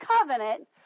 covenant